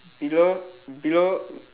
below below